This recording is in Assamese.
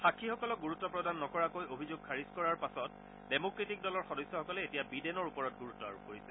সাক্ষীসকলক গুৰুত্ব প্ৰদান নকৰাকৈ অভিযোগ খাৰিজ কৰাৰ পাছত ডেম'ক্ৰেটিক দলৰ সদস্যসকলে এতিয়া বিডেনৰ ওপৰত গুৰুত্ব আৰোপ কৰিছে